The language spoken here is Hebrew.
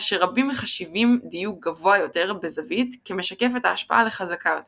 כאשר רבים מחשיבים דיוק גבוה יותר בזווית כמשקף את ההשפעה כחזקה יותר.